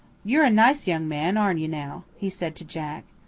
you're a nice young man, arn't you now? he said to jack.